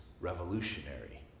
revolutionary